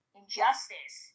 injustice